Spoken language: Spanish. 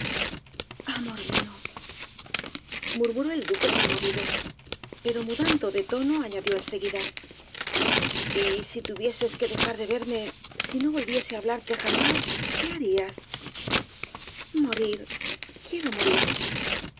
amor mío murmuró el duque conmovido pero mudando de tono añadió en seguida y si tuvieses que dejar de verme si no volviese á hablarte jamás qué harías morir quiero morir